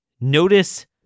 Notice